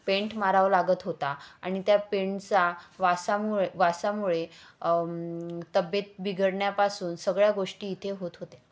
paint मारावं लागत होता आणि त्या पेंडचा वासामुळे वासामुळे तब्येत बिघडण्यापासून सगळ्या गोष्टी इथे होत होत्या